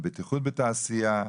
על בטיחות בתעשייה,